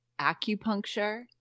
acupuncture